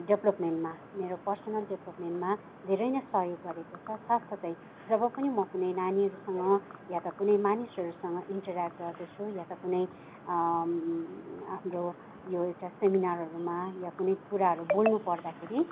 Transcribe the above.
डेभ्लोप्मेन्टमा मेरो पर्सनल डेभ्लोप्मेन्टमा धेरै नै सहयोग गरेको छ साथ साथै जब पनि म कुनै नानीहरूसँग या त कुनै मानिसहरूसँग इन्टराक्ट गर्दछु या त कुनै हाम्रो यो एउटा सेमिनारहरूमा या कुनै कुराहरू बोल्नु पर्दाखेरि